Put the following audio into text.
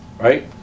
Right